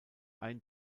ein